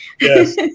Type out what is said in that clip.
Yes